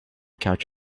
couch